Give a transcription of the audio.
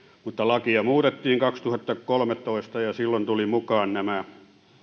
mutta lakia muutettiin kaksituhattakolmetoista ja silloin tulivat mukaan nämä